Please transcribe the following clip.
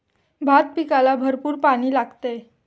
भात पिकाला भरपूर पाणी लागते